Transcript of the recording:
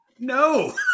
No